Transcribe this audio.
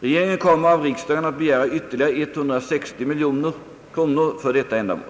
Regeringen kommer av riksdagen att begära ytterligare 160 miljoner kronor för detta ändamål.